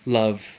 love